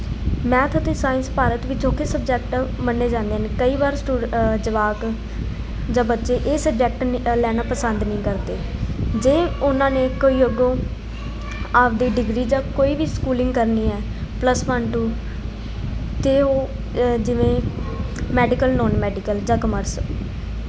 math ਅਤੇ science Bharat ਵਿੱਚ ਔਖੇ ਸਬਜੈਕਟ ਮੰਨੇ ਜਾਂਦੇ ਨੇ ਕਈ ਵਾਰ ਸਟੂ ਜਵਾਕ ਜਾਂ ਬੱਚੇ ਇਹ ਸਬਜੈਕਟ ਲੈਣਾ ਪਸੰਦ ਨਹੀਂ ਕਰਦੇ ਜੇ ਉਹਨਾਂ ਨੇ ਕੋਈ ਅੱਗੋਂ ਆਪਦੀ ਡਿਗਰੀ ਜਾਂ ਕੋਈ ਵੀ ਸਕੂਲਿੰਗ ਕਰਨੀ ਹੈ ਪਲੱਸ ਵਨ ਟੂ ਤਾਂ ਉਹ ਜਿਵੇਂ ਮੈਡੀਕਲ ਨੋਨ ਮੈਡੀਕਲ ਜਾਂ ਕਮਰਸ